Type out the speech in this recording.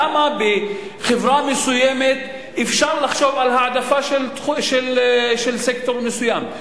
למה בחברה מסוימת אפשר לחשוב על העדפה של סקטור מסוים,